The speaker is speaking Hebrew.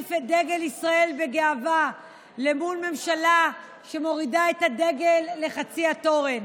ולהניף את דגל ישראל בגאווה מול ממשלה שמורידה את הדגל לחצי התורן.